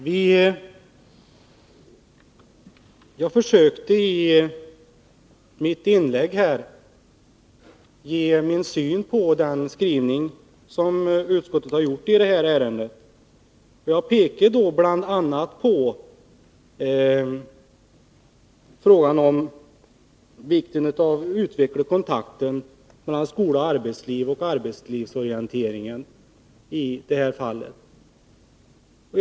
Herr talman! Jag försökte i mitt inlägg att ge min syn på utskottets skrivning i detta ärende. Jag pekade då bl.a. på vikten av arbetslivsorientering och av att utveckla kontakterna mellan skola och arbetsliv.